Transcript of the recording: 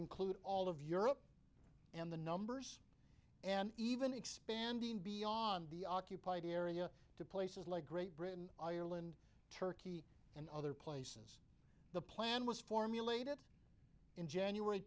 include all of europe and the numbers and even expanding beyond the occupied area to places like great britain ireland turkey and other places the plan was formulated in january